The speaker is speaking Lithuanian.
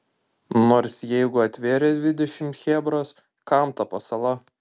nors jeigu atvarė dvidešimt chebros kam ta pasala